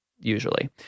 Usually